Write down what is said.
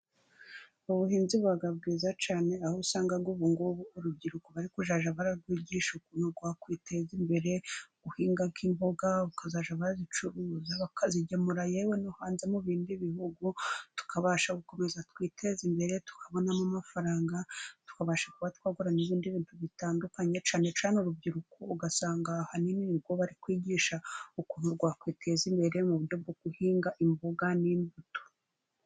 Ubuhinzi buba bwiza cyane, aho usanga ubu ngubu urubyiruko bari kujya barwigisha ukuntu rwakwiteza imbere, guhinga nk'imboga bakazajya bazicuruza bakazigemura yewe no hanze mu bindi bihugu, tukabasha gukomeza kwiteze imbere, tukabonamo amafaranga tukabasha kuba twagura n'ibindi bintu bitandukanye, cyane cyane urubyiruko ugasanga ahanini ni rwo bari kwigisha ukuntu rwakwiteza imbere, mu buryo bwo guhinga imboga n'imbuto.